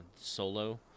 Solo